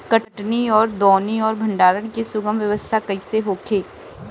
कटनी और दौनी और भंडारण के सुगम व्यवस्था कईसे होखे?